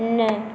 नहि